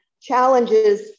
challenges